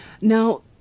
Now